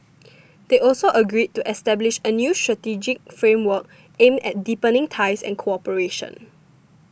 they also agreed to establish a new strategic framework aimed at deepening ties and cooperation